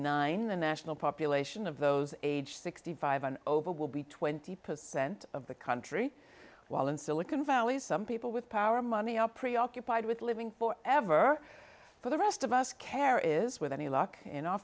nine the national population of those aged sixty five dollars and over will be twenty per cent of the country while in silicon valley some people with power money are preoccupied with living for ever for the rest of us care is with any luck and o